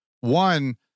One